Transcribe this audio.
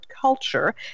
culture